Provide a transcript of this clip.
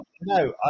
No